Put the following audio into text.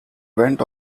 went